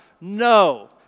No